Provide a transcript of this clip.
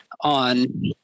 on